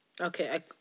Okay